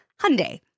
Hyundai